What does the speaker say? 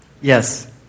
yes